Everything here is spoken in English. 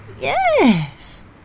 Yes